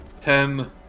Ten